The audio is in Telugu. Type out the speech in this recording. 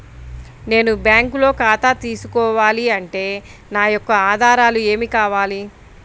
నేను బ్యాంకులో ఖాతా తీసుకోవాలి అంటే నా యొక్క ఆధారాలు ఏమి కావాలి?